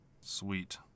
Sweet